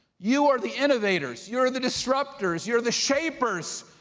you are the innovators, you are the disruptors, you are the shapers,